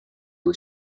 was